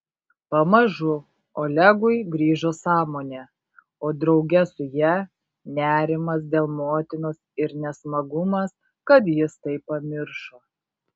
pamažu olegui grįžo sąmonė o drauge su ja nerimas dėl motinos ir nesmagumas kad jis tai pamiršo